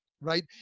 right